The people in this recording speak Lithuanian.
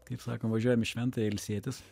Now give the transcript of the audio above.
kaip sako važiuojam į šventąją ilsėtis